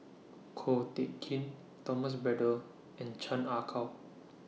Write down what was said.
Ko Teck Kin Thomas Braddell and Chan Ah Kow